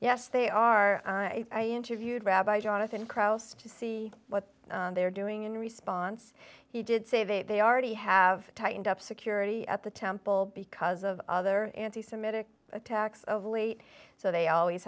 yes they are i interviewed rabbi jonathan kraus to see what they're doing in response he did say that they already have tightened up security at the temple because of other anti semitic attacks of late so they always